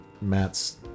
Matt's